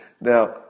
Now